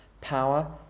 power